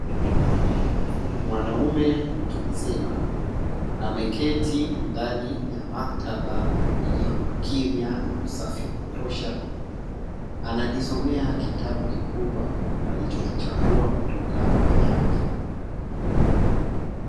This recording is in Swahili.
Mwanaume mtu mzima ameketi ndani ya maktaba iliyo na ukimya na usafi wa kutosha, anajisomea kitabu kikubwa alichokichagua kutoka kwenye rafu.